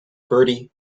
bertie